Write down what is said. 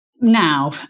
Now